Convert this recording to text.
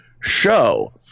show